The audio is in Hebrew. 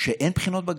שאין בחינות בגרות.